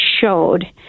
showed